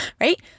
right